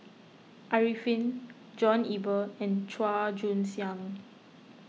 Arifin John Eber and Chua Joon Siang